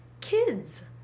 Kids